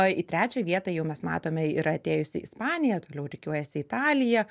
į trečią vietą jau mes matome yra atėjusi ispanija toliau rikiuojasi italija